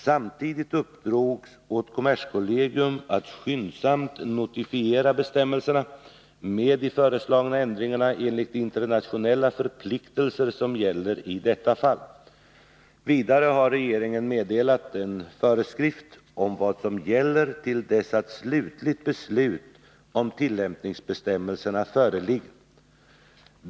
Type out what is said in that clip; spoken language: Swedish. Samtidigt uppdrogs åt kommerskollegium att skyndsamt notifiera bestämmelserna med de föreslagna ändringarna enligt de internationella förpliktelser som gäller i detta fall. Vidare har regeringen meddelat en föreskrift om vad som gäller till dess att slutligt beslut om tillämpningsbestämmelserna föreligger.